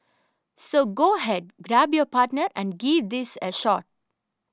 so go ahead grab your partner and give these a shot